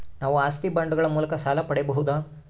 ನಾವು ಆಸ್ತಿ ಬಾಂಡುಗಳ ಮೂಲಕ ಸಾಲ ಪಡೆಯಬಹುದಾ?